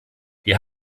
wir